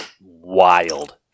wild